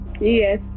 Yes